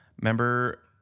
remember